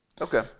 Okay